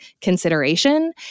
consideration